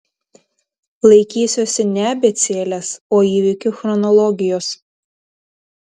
laikysiuosi ne abėcėlės o įvykių chronologijos